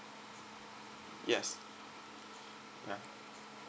yes ya